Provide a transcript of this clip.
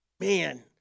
man